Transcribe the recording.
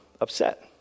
upset